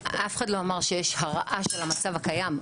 אף אחד לא אמר שיש הרעה של המצב הקיים,